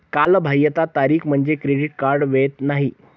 कालबाह्यता तारीख म्हणजे क्रेडिट कार्ड वैध नाही